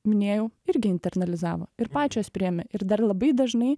minėjau irgi internalizavo ir pačios priėmė ir dar labai dažnai